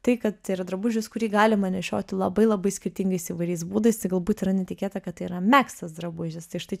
tai kad tai yra drabužis kurį galima nešioti labai labai skirtingais įvairiais būdais galbūt yra netikėta kad tai yra megztas drabužis tai štai